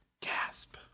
Gasp